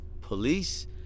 police